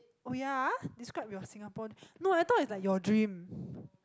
oh ya describe your Singapore no I thought it's like your dream